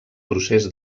procés